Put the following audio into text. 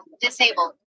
disabled